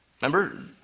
Remember